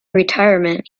retirement